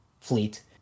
fleet